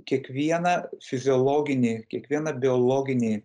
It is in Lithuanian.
kiekvieną fiziologinį kiekvieną biologinį